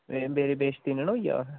ते मेरी बेसती नी ना होई जा उत्थैं